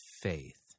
faith